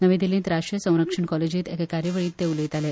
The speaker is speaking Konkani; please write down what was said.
नवी दिल्लीत राश्ट्रीय संरक्षण कॉलेजींत एका कार्यावळीत ते उलयताले